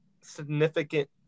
significant